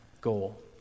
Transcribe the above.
goal